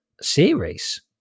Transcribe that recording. series